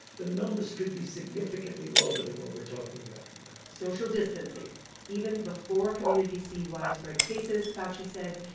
the numbers could be significantly lower than what we're talking about social distancing even before communities see widespread cases, fauci said,